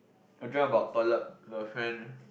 I dreamt about toilet the fan